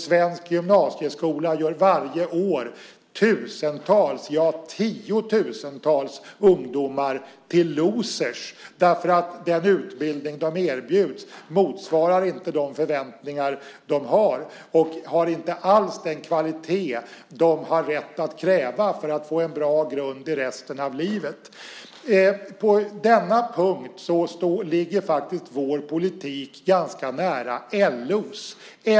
Svensk gymnasieskola gör varje år tusentals, ja tiotusentals, ungdomar till loser eftersom den utbildning de erbjuds inte motsvarar de förväntningar de har. Den har inte alls den kvalitet som de har rätt att kräva för att få en bra grund för resten av livet. På den här punkten ligger vår politik faktiskt ganska nära LO:s.